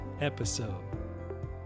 episode